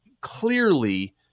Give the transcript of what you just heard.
clearly